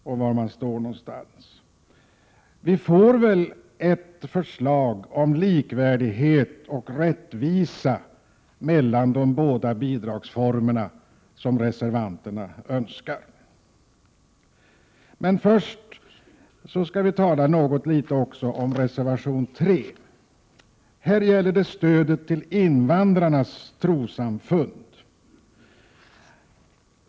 Vi får kanske ett förslag om likvärdighet och rättvisa mellan de Jag vill också säga några ord om reservation 3, som gäller stödet till 27 april 1988 invandrares trossamfund.